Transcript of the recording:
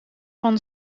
van